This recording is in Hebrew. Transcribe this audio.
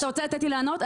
אתה רוצה לתת לי לענות?